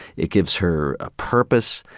it gives her a purpose.